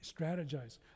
strategize